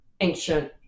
ancient